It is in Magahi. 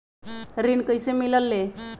ऋण कईसे मिलल ले?